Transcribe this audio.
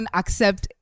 accept